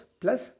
plus